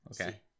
Okay